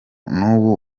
n’ubu